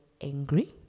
angry